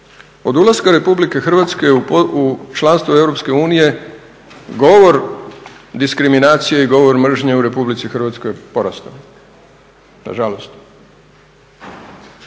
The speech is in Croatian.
Od ulaska Republike Hrvatske u članstvo Europske unije govor diskriminacije i govor mržnje u Republici Hrvatskoj je porastao nažalost.